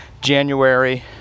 January